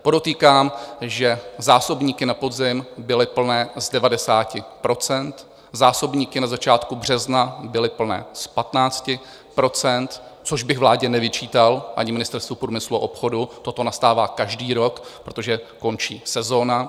Podotýkám, že zásobníky na podzim byly plné z 90 %, zásobníky na začátku března byly plné z 15 %, což bych vládě nevyčítal, ani Ministerstvu průmyslu a obchodu, toto nastává každý rok, protože končí sezona.